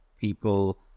people